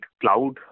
cloud